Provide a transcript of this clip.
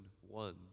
one